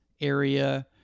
area